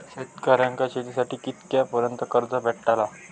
शेतकऱ्यांका शेतीसाठी कितक्या पर्यंत कर्ज भेटताला?